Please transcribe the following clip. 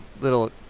little